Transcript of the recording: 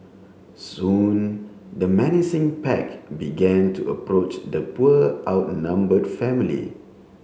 soon the menacing pack began to approach the poor outnumbered family